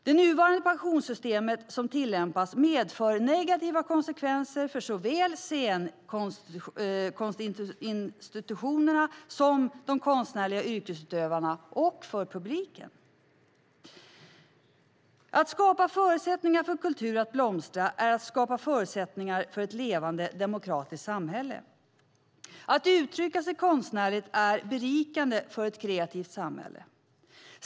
Det nuvarande pensionssystemet medför negativa konsekvenser för såväl scenkonstinstitutionerna som de konstnärliga yrkesutövarna och publiken. Att skapa förutsättningar för kultur att blomstra är att skapa förutsättningar för ett levande demokratiskt samhälle. Att uttrycka sig konstnärligt är berikande för ett kreativt samhälle.